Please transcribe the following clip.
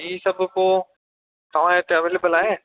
हीअ सभु पोइ तव्हांजे हिते अवेलेबल आहे